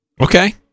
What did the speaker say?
okay